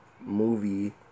movie